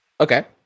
Okay